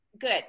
good